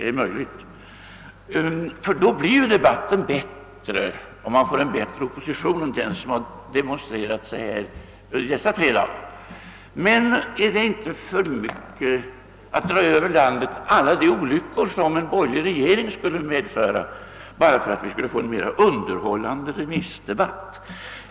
Om vi får en bättre opposition blir debatten naturligtvis bättre, Ven är det inte för mycket att dra över landet alla de olyckor som en borgerlig regering skulle medföra bara för att vi skall få en mera underhållande remissdebatt?